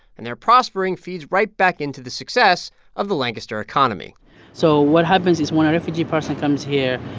and their prospering feeds right back into the success of the lancaster economy so what happens is, when a refugee person comes here,